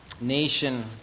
Nation